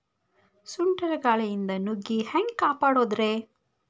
ಸುಂಟರ್ ಗಾಳಿಯಿಂದ ನುಗ್ಗಿ ಹ್ಯಾಂಗ ಕಾಪಡೊದ್ರೇ?